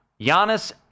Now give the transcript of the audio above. Giannis